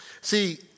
see